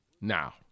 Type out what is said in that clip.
now